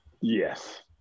Yes